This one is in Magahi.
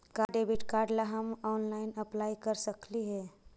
का डेबिट कार्ड ला हम ऑनलाइन अप्लाई कर सकली हे?